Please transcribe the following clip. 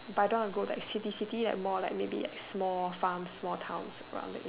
but I don't want to go like city city like more like maybe like small farms small towns around that area